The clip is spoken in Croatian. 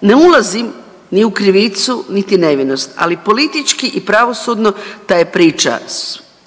Ne ulazim ni u krivicu niti nevinost, ali politički i pravosudno ta je priča